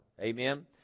Amen